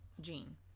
Gene